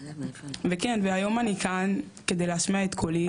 וכן והיום אני כאן כדי להשמיע את קולי,